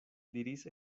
diris